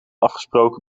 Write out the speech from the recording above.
afgesproken